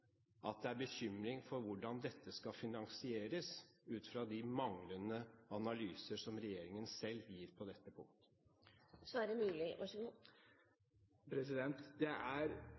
at det er bekymring for hvordan dette skal finansieres ut fra de manglende analyser som regjeringen selv gir på dette punkt? Det er